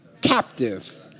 captive